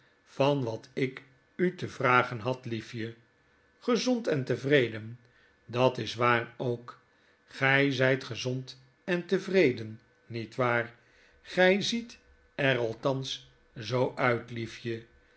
van wat ikute vragen had liefje gezond en tevreden dat is waar ook gy zyt gezond en tevreden niet waar gy ziet er althans zoo uit